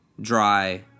dry